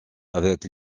avec